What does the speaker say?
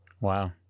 Wow